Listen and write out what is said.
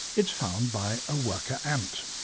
it's found by a worker ant.